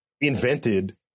Invented